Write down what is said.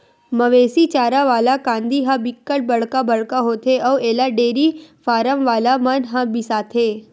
मवेशी चारा वाला कांदी ह बिकट बड़का बड़का होथे अउ एला डेयरी फारम वाला मन ह बिसाथे